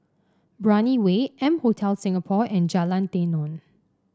Brani Way M Hotel Singapore and Jalan Tenon